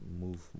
move